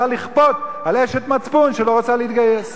רוצה לכפות על אשת מצפון שלא רוצה להתגייס.